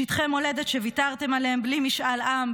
שטחי מולדת שוויתרתם עליהם בלי משאל עם,